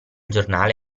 giornale